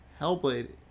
Hellblade